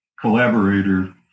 collaborator